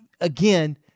again